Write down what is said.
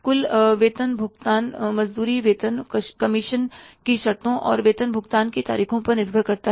कुल वेतन भुगतान मजदूरी वेतन कमीशन की शर्तों और वेतन भुगतान की तारीखों पर निर्भर करते हैं